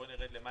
בואו נרד למטה.